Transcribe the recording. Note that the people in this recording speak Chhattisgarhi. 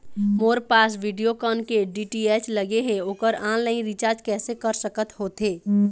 मोर पास वीडियोकॉन के डी.टी.एच लगे हे, ओकर ऑनलाइन रिचार्ज कैसे कर सकत होथे?